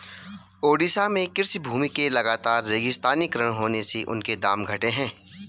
ओडिशा में कृषि भूमि के लगातर रेगिस्तानीकरण होने से उनके दाम घटे हैं